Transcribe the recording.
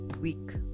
week